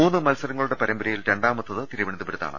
മൂന്ന് മത്സര ങ്ങളുടെ പരമ്പരയിൽ രണ്ടാമത്തേത് തിരുവനന്തപുരത്താണ്